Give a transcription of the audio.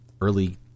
early